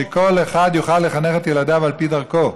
שכל אחד יוכל לחנך את ילדיו על פי דרכו.